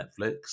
Netflix